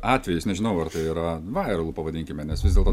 atvejis nežinau ar tai yra vairalu pavadinkime nes vis dėlto